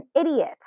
idiot